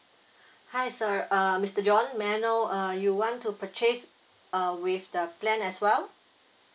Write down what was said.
hi sir uh mister john may I know uh you want to purchase uh with the plan as well